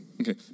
Okay